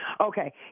Okay